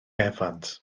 evans